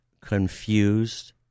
confused